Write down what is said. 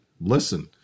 listen